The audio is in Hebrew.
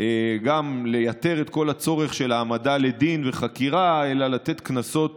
גם לייתר את כל הצורך של העמדה לדין וחקירה ולתת קנסות